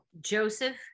Joseph